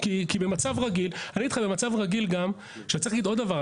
וצריך להגיד עוד דבר.